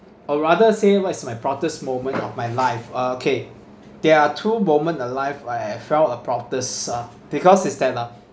or rather say what is my proudest moment of my life okay there are two moment alive I have felt the proudest uh because is that uh